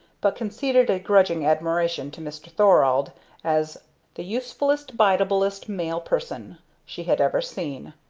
but conceded a grudging admiration to mr. thorald as the usefullest biddablest male person she had ever seen.